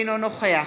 אינו נוכח